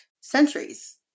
centuries